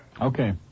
Okay